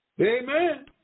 Amen